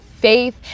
faith